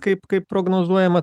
kaip kaip prognozuojama